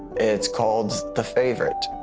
it's called the favorite.